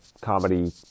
comedy